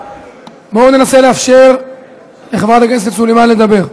בואו ננסה לאפשר לחברת הכנסת סלימאן לדבר.